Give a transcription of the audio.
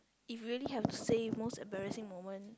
if really have to say most embarrassing moment